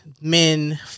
men